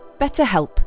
BetterHelp